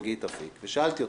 שגית אפיק, ושאלתי אותה.